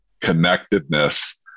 Connectedness